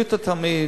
בריאות התלמיד,